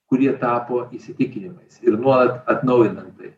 kurie tapo įsitikinimais ir nuolat atnaujinant tai